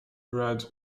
red